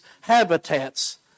habitats